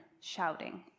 shouting